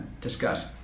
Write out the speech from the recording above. discuss